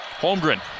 Holmgren